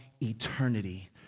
eternity